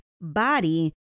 body